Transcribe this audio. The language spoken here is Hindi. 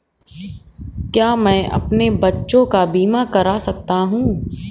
क्या मैं अपने बच्चों का बीमा करा सकता हूँ?